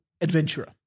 adventurer